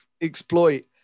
exploit